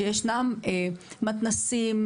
שישנם מתנ"סים,